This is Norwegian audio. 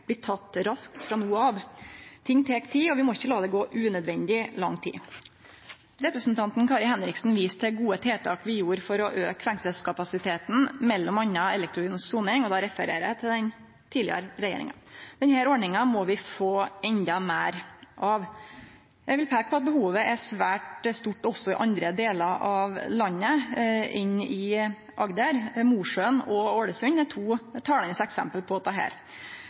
blir tekne raskt frå no av. Ting tek tid, og vi må ikkje la det gå unødvendig lang tid. Representanten Kari Henriksen viste til gode tiltak vi gjorde for å auke fengselskapasiteten, m.a. elektronisk soning – og da refererer eg til den tidlegare regjeringa. Denne ordninga må vi få endå meir av. Eg vil peike på at behovet er svært stort også i andre delar av landet enn i Agder. Mosjøen og Ålesund er to talande eksempel på dette.